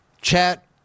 Chat